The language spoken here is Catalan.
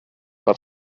per